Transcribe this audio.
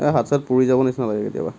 এ হাত চাত পুৰি যাব নিচিনা লাগে কেতিয়াবা